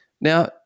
Now